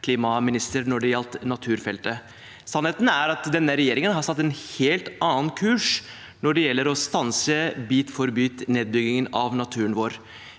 klimaminister når det gjelder naturfeltet. Sannheten er at denne regjeringen har satt en helt annen kurs når det gjelder å stanse bit-for-bit-nedbyggingen av naturen vår.